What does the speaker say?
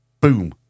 boom